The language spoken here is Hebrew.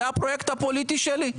זה הפרויקט הפוליטי שלי.